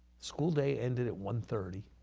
school day ended at one thirty,